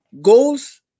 Goals